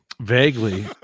Vaguely